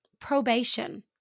Probation